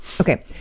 okay